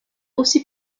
aussi